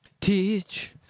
Teach